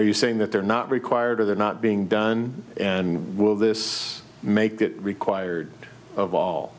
are you saying that they're not required or they're not being done and will this make required of all